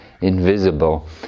invisible